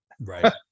Right